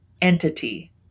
entity